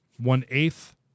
One-eighth